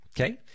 Okay